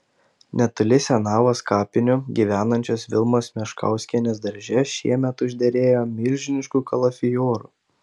netoli senavos kapinių gyvenančios vilmos meškauskienės darže šiemet užderėjo milžiniškų kalafiorų